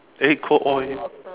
eh cold oil